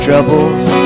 troubles